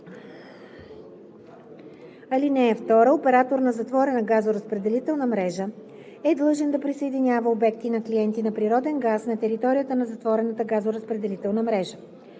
мрежа. (2) Оператор на затворена газоразпределителна мрежа е длъжен да присъединява обекти на клиенти на природен газ на територията на затворената газоразпределителна мрежа.